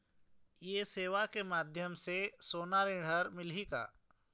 ये सेवा के माध्यम से सोना ऋण हर मिलही का?